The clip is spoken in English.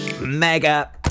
mega